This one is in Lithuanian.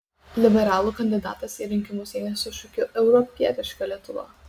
liberalų kandidatas į rinkimus eina su šūkiu europietiška lietuva